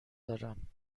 دارم